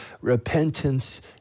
repentance